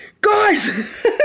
guys